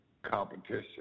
competition